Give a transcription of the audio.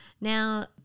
Now